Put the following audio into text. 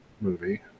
movie